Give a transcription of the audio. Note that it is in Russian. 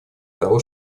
того